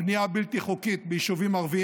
הבנייה הבלתי-חוקית ביישובים ערביים